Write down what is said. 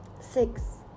Six